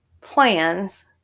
plans